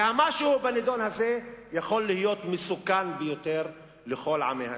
והמשהו בנדון הזה יכול להיות מסוכן ביותר לכל עמי האזור.